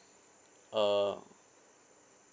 uh